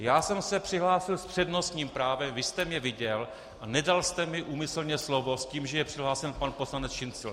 Já jsem se přihlásil s přednostním právem, vy jste mě viděl a nedal jste mi úmyslně slovo s tím, že je přihlášen pan poslanec Šincl.